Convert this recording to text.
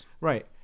Right